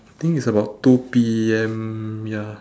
think it's about two P_M ya